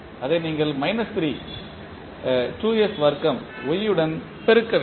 அதை நீங்கள் minus 3 2s வர்க்கம் y உடன் பெருக்க வேண்டும்